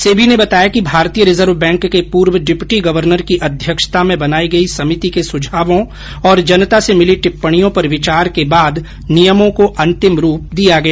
सेबी ने बताया कि भारतीय रिजर्व बैंक के पूर्व डिप्टी गवर्नर की अध्यक्षता में बनाई गई समिति के सुझावों और जनता से मिली टिप्पणियों पर विचार के बाद नियमों को अंतिम रूप दिया गया